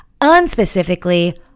unspecifically